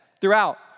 throughout